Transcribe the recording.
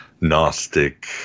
Gnostic